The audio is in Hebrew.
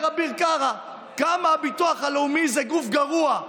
אומר אביר קארה כמה הביטוח הלאומי זה גוף גרוע,